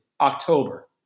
October